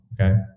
okay